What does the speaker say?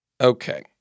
Okay